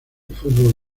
fútbol